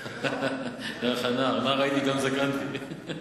נער הייתי וגם זקנתי.